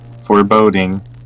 foreboding